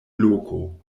loko